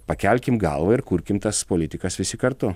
pakelkim galvą ir kurkim tas politikas visi kartu